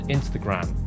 Instagram